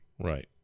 Right